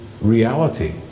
reality